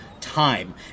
time